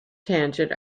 tangent